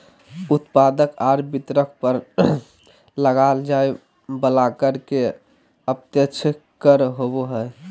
उत्पादक आर वितरक पर लगाल जाय वला कर के अप्रत्यक्ष कर कहो हइ